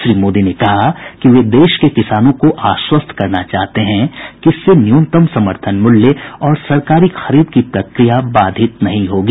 श्री मोदी ने कहा कि वे देश के किसानों को आश्वस्त करना चाहते हैं कि इससे न्यूनतम समर्थन मूल्य और सरकारी खरीद की प्रक्रिया बाधित नहीं होगी